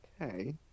Okay